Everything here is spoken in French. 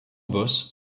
bosse